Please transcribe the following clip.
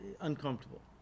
uncomfortable